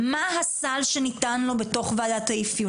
מה הסל שניתן לו בתוך ועדת האפיון,